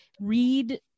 read